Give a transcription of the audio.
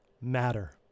matter